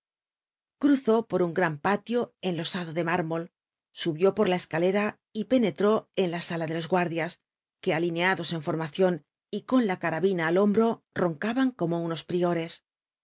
cruzó por un gran palio enlosado de mármol subió por la c calcra y penetró en la sala de los guard i a que alinearlos en fonnation y con lct carabina al homhro roncaban como unos priores